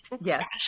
Yes